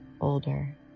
older